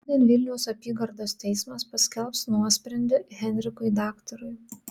šiandien vilniaus apygardos teismas paskelbs nuosprendį henrikui daktarui